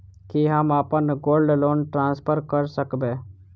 की हम अप्पन gold loan transfer करऽ सकबै?